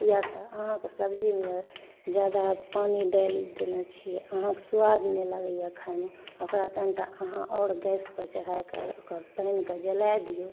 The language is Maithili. या तऽ अहाँके सब्जी मे जादा पानि डाइल देने छियै अहाँके स्वाद नहि लगैया खाय मे ओकरा तनिटा अहाँ और गैस पर चढ़ा कऽ ओकर पानि के जला दियौ